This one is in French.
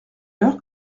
l’heure